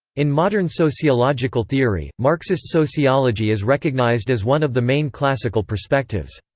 in modern sociological theory, marxist sociology is recognised as one of the main classical perspectives.